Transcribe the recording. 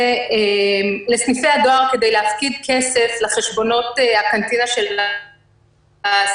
לסניפי הדואר כדי להפקיד כסף לחשבונות הקנטינה של האסירים.